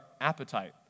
appetite